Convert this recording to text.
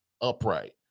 upright